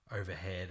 overhead